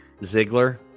Ziggler